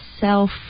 self